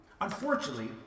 Unfortunately